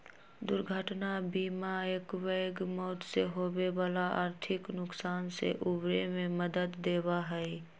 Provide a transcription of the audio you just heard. दुर्घटना बीमा एकबैग मौत से होवे वाला आर्थिक नुकसान से उबरे में मदद देवा हई